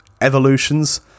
evolutions